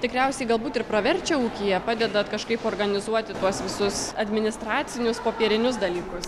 tikriausiai galbūt ir praverčia ūkyje padedat kažkaip organizuoti tuos visus administracinius popierinius dalykus